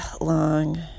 long